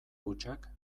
hutsak